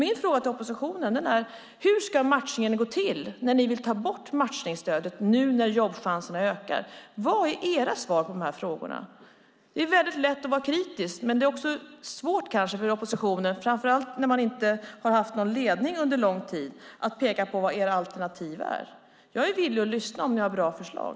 Min fråga till oppositionen är: Hur ska matchningen gå till när ni vill ta bort matchningsstödet nu när jobbchanserna ökar? Vad är era svar på de här frågorna? Det är väldigt lätt att vara kritisk, men det är kanske också svårt för oppositionen, framför allt när man under lång tid inte har haft någon ledning, att peka på vad era alternativ är. Jag är villig att lyssna om ni har bra förslag.